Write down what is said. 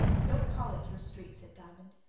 don't call it your street, said diamond.